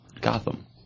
Gotham